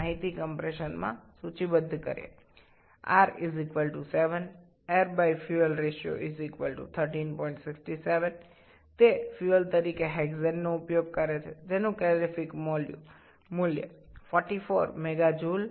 সুতরাং আসুন আমরা উক্ততথ্য গুলির তালিকা তৈরি করি ধরি r 7 AF 1367 এটি হেক্সেন টিকে জ্বালানী হিসাবে ব্যবহার করছে যার ক্যালোরিফিক মূল্য হল প্রতি কেজিতে ৪৪ মেগা জুল